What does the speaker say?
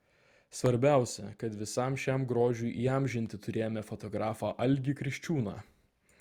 svarbiausia kad visam šiam grožiui įamžinti turėjome fotografą algį kriščiūną